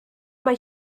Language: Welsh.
mae